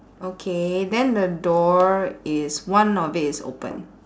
okay then the door is one of it is open